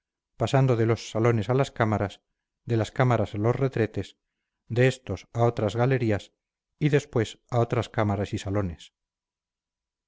pasando de los salones a las cámaras de las cámaras a los retretes de éstos a otras galerías y después a otras cámaras y salones